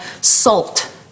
salt